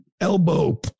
elbow